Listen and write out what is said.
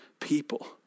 people